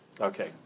Okay